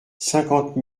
cinquante